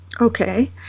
Okay